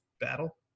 battle